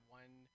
one